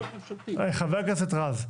חבר הכנסת רז.